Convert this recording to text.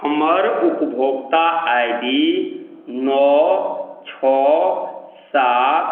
हमर उपभोक्ता I D नओ छओ सात